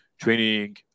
training